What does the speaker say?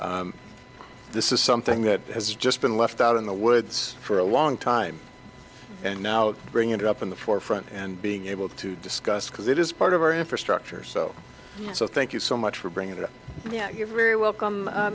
this is something that has just been left out in the woods for a long time and now bring it up in the forefront and be able to discuss because it is part of our infrastructure so so thank you so much for bringing that you're very welcome